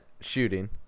shooting